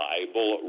Bible